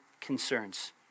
concerns